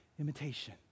imitation